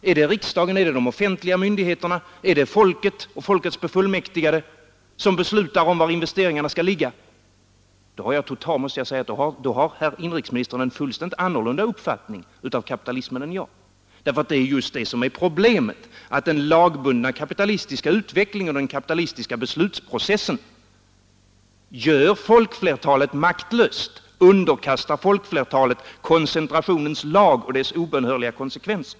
Är det riksdagen, de offentliga myndigheterna, folket eller dess befullmäktigade som beslutar om var investeringarna skall ligga? Då har inrikesministern en helt annat uppfattning av kapitalismen än jag. Det är just det som är problemet, att den lagbundna kapitalistiska utvecklingen och den kapitalistiska beslutsprocessen gör folkflertalet maktlöst, underkastar detta koncentrationens lag och dess obönhörliga konsekvenser.